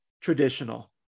traditional